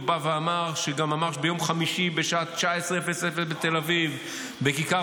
הוא בא ואמר שממש ביום חמישי בשעה 19:00 בתל אביב בכיכר